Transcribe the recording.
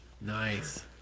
Nice